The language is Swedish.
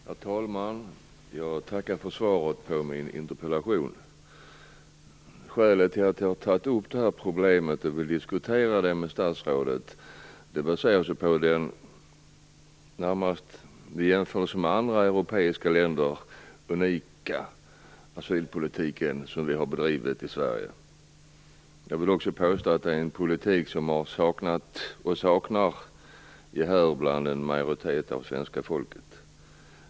Herr talman! Jag tackar för svaret på min interpellation. Skälet till att jag har tagit upp detta problem för diskussion med statsrådet är den, i jämförelse med andra europeiska länder, närmast unika asylpolitiken som vi har bedrivit i Sverige. Jag vill också påstå att det är en politik som saknar gehör hos en majoritet av svenska folket.